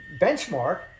benchmark